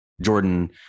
Jordan